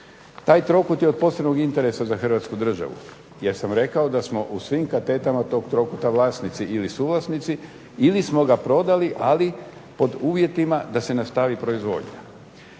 Taj trokut je od posebnog interesa za Hrvatsku državu jer sam rekao da smo u svim katetama tog trokuta vlasnici ili suvlasnici, ili smo ga prodali, ali pod uvjetima da se nastavi proizvodnja.